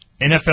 NFL